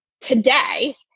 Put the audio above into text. today